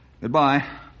Goodbye